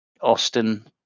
Austin